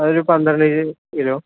അതൊരു പന്ത്രണ്ട് കിലോ